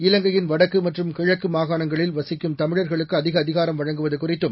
இலங்கையின் வடக்கு மற்றும் கிழக்கு மாகாணங்களில் வசிக்கும் தமிழர்களுக்கு அதிக அதிகாரம் வழங்குவது குறித்தும்